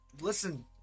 Listen